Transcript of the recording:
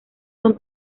son